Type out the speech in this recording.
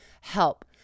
help